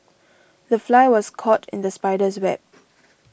the fly was caught in the spider's web